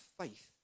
faith